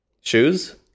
Shoes